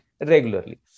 Regularly